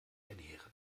ernähren